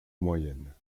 moyenne